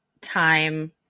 time